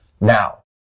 Now